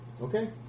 Okay